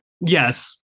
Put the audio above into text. Yes